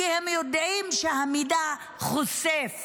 כי הם יודעים שהמידע חושף